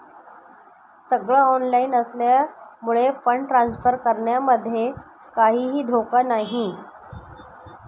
सगळ ऑनलाइन असल्यामुळे fund transfer करण्यामध्ये काहीही धोका नाही